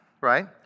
right